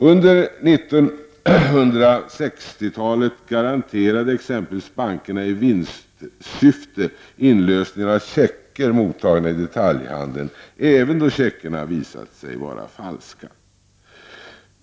Under 1960-talet garanterade exempelvis bankerna i vinstsyfte inlösning av checkar mottagna i detaljhandeln, även då checkarna visat sig vara falska.